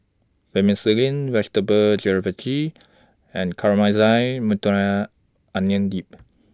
Vermicelli Vegetable Jalfrezi and Caramelized Onion Dip